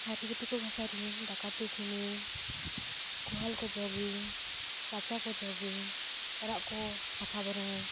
ᱛᱷᱟᱹᱨᱤ ᱵᱟᱹᱴᱤ ᱠᱚ ᱜᱟᱥᱟᱨᱤᱧ ᱫᱟᱠᱟ ᱩᱛᱩ ᱤᱥᱤᱱᱟᱤᱧ ᱜᱳᱦᱟᱞ ᱠᱚ ᱡᱚᱜᱽ ᱤᱧ ᱨᱟᱪᱟ ᱠᱚ ᱡᱚᱜᱽ ᱤᱧ ᱚᱲᱟᱜ ᱠᱚ ᱥᱟᱯᱷᱟ ᱵᱟᱨᱟᱭ